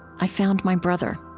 i found my brother.